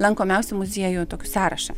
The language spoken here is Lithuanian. lankomiausių muziejų tokį sąrašą